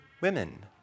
women